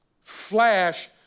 Flash